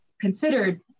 considered